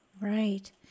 Right